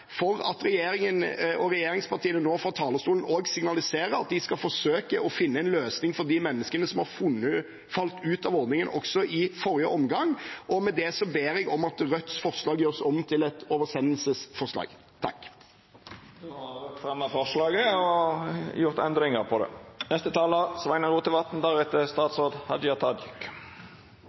for at regjeringen og regjeringspartiene nå fra talerstolen også signaliserer at de skal forsøke å finne en løsning for de menneskene som har falt ut av ordningen, også i forrige omgang. Med det ber jeg om at Rødts forslag gjøres om til et oversendelsesforslag. Da har representanten Mímir Kristjánsson gjort